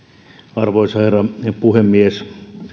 arvoisa herra puhemies